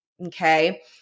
Okay